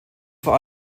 vor